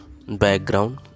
background